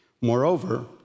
Moreover